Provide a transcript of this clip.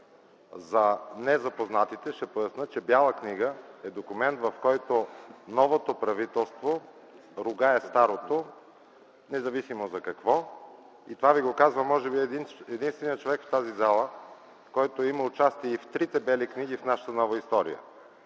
За незапознатите ще поясня, че Бяла книга е документ, в който новото правителство ругае старото независимо за какво. Това ви го казва, може би единственият човек в тази зала, който има участие и в трите Бели книги в нашата нова история.